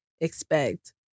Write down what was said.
expect